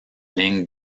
ligne